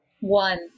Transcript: One